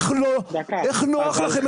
אני לא מבין איך נוח לכם,